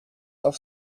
auf